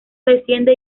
desciende